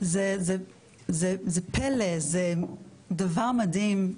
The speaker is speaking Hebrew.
זה פלא, זה דבר מדהים.